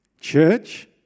Church